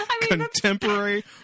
contemporary